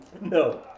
No